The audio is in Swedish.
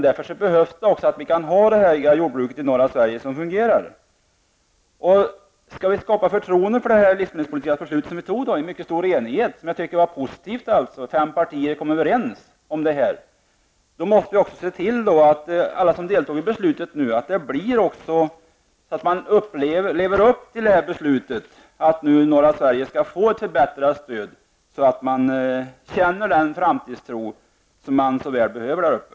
Därför behövs det ett fungerande jordbruk i norra Skall vi skapa förtroende för de livsmedelspolitiska beslut som vi fattade i mycket stor enighet -- jag tycker att det var positivt att fem partier kunde komma överens om det -- måste också alla som deltog i beslutet hjälpa till att se till att man lever upp till beslutet att norra Sverige skall få ett förbättrat stöd, så att man känner den framtidstro som så väl behövs där uppe.